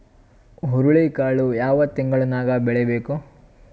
ಹುರುಳಿಕಾಳು ಯಾವ ತಿಂಗಳು ನ್ಯಾಗ್ ಬೆಳಿಬೇಕು?